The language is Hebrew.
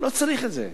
לא צריך את זה,